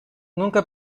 nunca